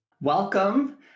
Welcome